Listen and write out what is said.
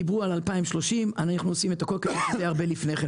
דיברו על 2030 ואנחנו עושים הכול כדי שזה יהיה הרבה לפני כן.